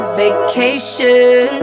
vacation